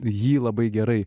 jį labai gerai